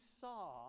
saw